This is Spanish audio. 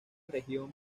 región